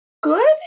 good